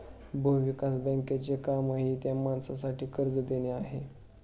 भूविकास बँकेचे कामही त्या माणसासाठी कर्ज देणे हे आहे